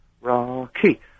Rocky